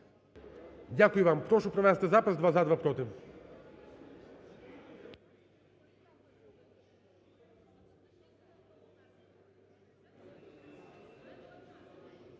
Дякую вам. Прошу провести запис: два – за, два – проти.